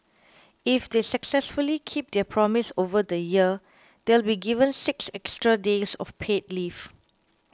if they successfully keep their promise over the year they'll be given six extra days of paid leave